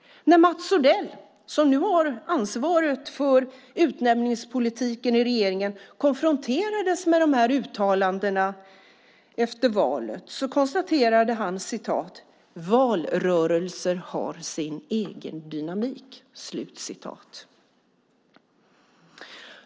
När Mats Odell, som nu har ansvaret för utnämningspolitiken i regeringen, konfronterades med dessa uttalanden efter valet konstaterade han att valrörelser har sin egen dynamik.